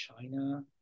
China